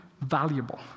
valuable